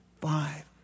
five